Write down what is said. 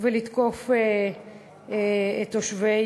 ולתקוף את תושביה